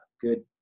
good